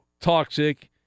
toxic